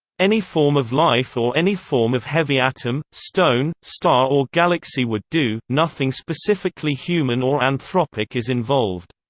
any form of life or any form of heavy atom, stone, star or galaxy would do nothing specifically human or anthropic is involved.